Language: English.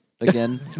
again